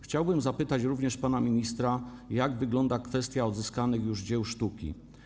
Chciałbym zapytać również pana ministra, jak wygląda kwestia odzyskanych już dzieł sztuki.